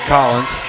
Collins